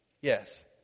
Yes